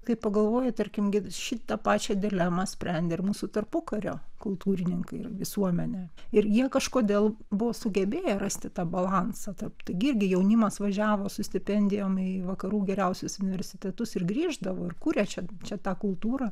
kai pagalvoju tarkim gi šitą pačią dilemą sprendė ir mūsų tarpukario kultūrininkai ir visuomenė ir jie kažkodėl buvo sugebėję rasti tą balansą tarp gi irgi jaunimas važiavo su stipendijom į vakarų geriausius universitetus ir grįždavo ir kūrė čia čia tą kultūrą